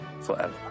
forever